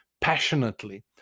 passionately